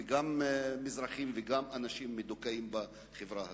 גם מזרחים וגם אנשים מדוכאים בחברה הזאת.